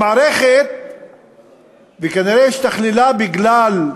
המערכת כנראה השתכללה בגלל,